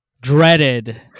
dreaded